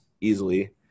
easily